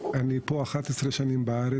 אני פה 11 שנים בארץ,